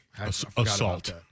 Assault